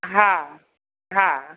हा हा